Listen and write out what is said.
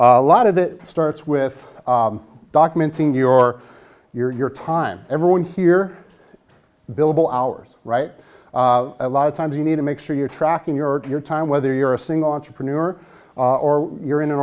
a lot of that starts with documenting your your time everyone here billable hours right a lot of times you need to make sure you're tracking your time whether you're a single entrepreneur or you're in an